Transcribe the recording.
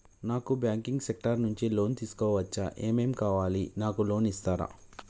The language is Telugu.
నాకు బ్యాంకింగ్ సెక్టార్ నుంచి లోన్ తీసుకోవచ్చా? ఏమేం కావాలి? నాకు లోన్ ఇస్తారా?